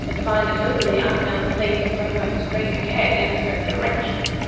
to find a totally unknown place by going straight ahead in a certain direction,